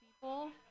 people